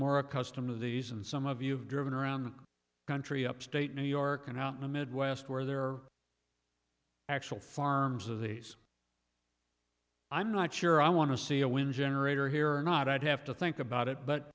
more accustom of these and some of you've driven around the country upstate new york and out in the midwest where there are actual farms of these i'm not sure i want to see a wind generator here or not i'd have to think about it but